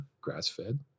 grass-fed